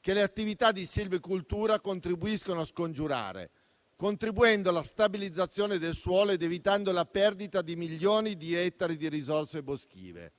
che le attività di silvicoltura contribuiscono a scongiurare, favorendo la stabilizzazione del suolo ed evitando la perdita di milioni di ettari di risorse boschive.